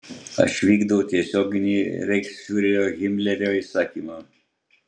aš vykdau tiesioginį reichsfiurerio himlerio įsakymą